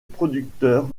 producteur